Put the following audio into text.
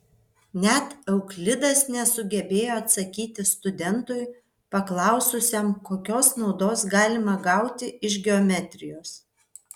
net euklidas nesugebėjo atsakyti studentui paklaususiam kokios naudos galima gauti iš geometrijos